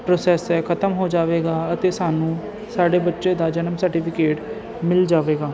process ਹੈ ਖਤਮ ਹੋ ਜਾਵੇਗਾ ਅਤੇ ਸਾਨੂੰ ਸਾਡੇ ਬੱਚੇ ਦਾ ਜਨਮ ਸਰਟੀਫਿਕੇਟ ਮਿਲ ਜਾਵੇਗਾ